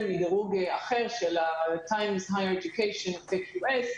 מדירוג אחר של ה- Times Higher Education ו-QS,